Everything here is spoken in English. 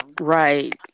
Right